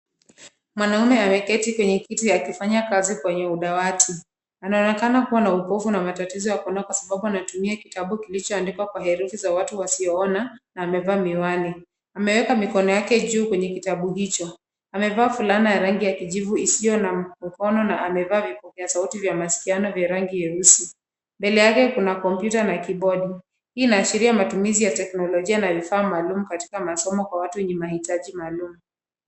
Mwanaume ameketi kwenye kiti akifanya kazi kwa dawati anaonekana kuwa na upofu na matatizo ya kuona, kwa sababu anatumia kitabu kilihoandikwa kwa herufi za watu wasiona na amevaa miwani. Ameweka mikono yake juu kwenye kitabu hicho na amevaa fulana ya rangi ya kijivu isiyo na mpokono na amevaa vipofa vya sauti ya maskio vya rangi nyeusi. Mbele yake kuna kompyuta na kibodi hii inashiria matumizi ya teknologia na hifaa maalum katika masomo kwa watu wenye hitaji maalum.